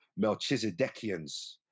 Melchizedekians